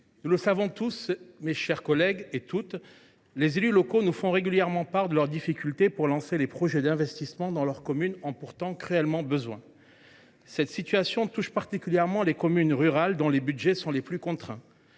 Nous le savons toutes et tous, les élus locaux nous font régulièrement part de leurs difficultés pour lancer les projets d’investissement dont leurs communes ont pourtant cruellement besoin. Cette situation touche particulièrement les communes rurales, dont les budgets sont les plus contraints,